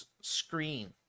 screen